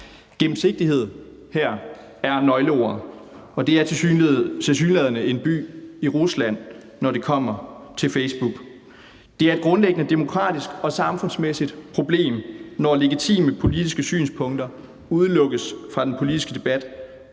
Gennemsigtighed er nøgleordet her, og det er tilsyneladende en by i Rusland, når det kommer til Facebook. Det er et grundlæggende demokratisk og samfundsmæssigt problem, når legitime politiske synspunkter udelukkes fra den politiske debat,